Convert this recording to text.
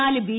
നാല് ബി